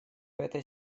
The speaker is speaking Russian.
этой